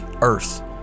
earth